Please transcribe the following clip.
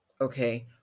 Okay